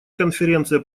конференция